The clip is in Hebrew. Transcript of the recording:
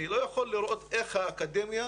אני לא יכול לראות איך האקדמיה